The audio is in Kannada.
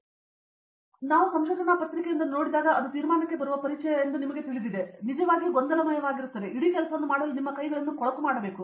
ಆದ್ದರಿಂದ ನಾವು ಸಂಶೋಧನಾ ಪತ್ರಿಕೆಯೊಂದನ್ನು ನೋಡಿದಾಗ ಅದು ತೀರ್ಮಾನಕ್ಕೆ ಬರುವ ಪರಿಚಯದಿಂದ ನಿಮಗೆ ತಿಳಿದಿದೆ ಆದರೆ ಇದು ನಿಜವಾಗಿಯೂ ಗೊಂದಲಮಯವಾಗಿದ್ದು ಇಡೀ ಕೆಲಸವನ್ನು ಮಾಡಲು ನಿಮ್ಮ ಕೈಗಳನ್ನು ಕೊಳಕು ಪಡೆಯಬೇಕು